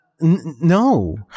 No